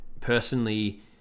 personally